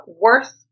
worth